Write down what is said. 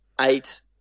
eight